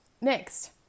next